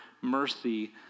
mercy